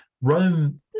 Rome